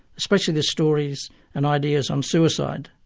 especially the stories and ideas on suicide.